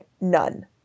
none